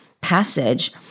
passage